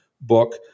book